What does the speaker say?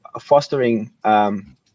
fostering